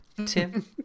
Tim